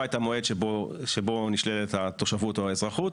את המועד שבו נשללת התושבות או האזרחות,